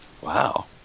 Wow